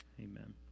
amen